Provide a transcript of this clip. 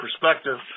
perspective